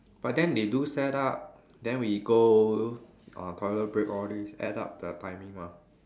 but then they do set up then we go uh toilet break all this add up the timing mah